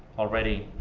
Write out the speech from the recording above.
already,